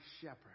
shepherd